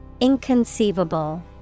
inconceivable